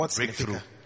breakthrough